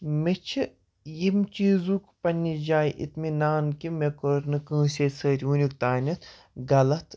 مےٚ چھِ یِم چیٖزُک پنٕنہِ جایہِ اِطمِنان کہِ مےٚ کوٚر نہٕ کٲنٛسے سۭتۍ وٕنیُک تانٮ۪تھ غلط